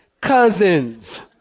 cousins